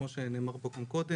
כמו שנאמר פה כבר קודם,